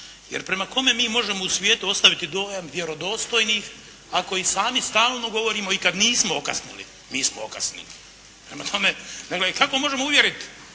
Jer prema kome mi možemo u svijetu ostaviti dojam vjerodostojnih ako i sami stalno govorimo i kad nismo okasnili, mi smo okasnili. Prema tome, nego kako možemo uvjeriti